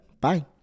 Bye